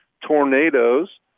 Tornadoes